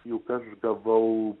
juk aš gavau